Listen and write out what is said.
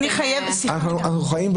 סליחה, אני חייבת לתקן אותך